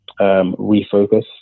refocus